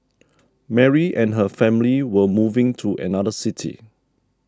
Mary and her family were moving to another city